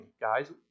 guys